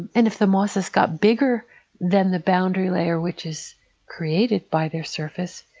and if the mosses got bigger than the boundary layer, which is created by their surface,